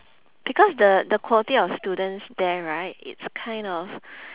because the the quality of students there right it's kind of